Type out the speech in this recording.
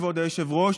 כבוד היושב-ראש,